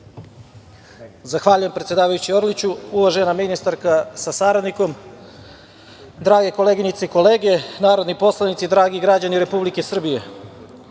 Zahvaljujem, predsedavajući Orliću. Uvažena ministarka sa saradnikom, drage koleginice i kolege narodni poslanici, dragi građani Republike Srbije,